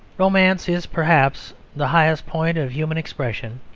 romance is perhaps the highest point of human expression,